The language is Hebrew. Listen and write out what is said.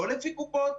לא לפי קופות,